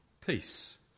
peace